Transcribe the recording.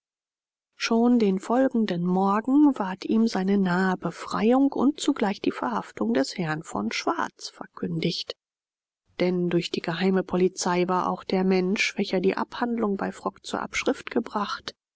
schon den folgenden morgen ward ihm seine nahe befreiung und zugleich die verhaftung des herrn von schwarz verkündigt denn durch die geheime oberpolizei war auch der mensch welcher die abhandlung bei frock zur abschrift gebracht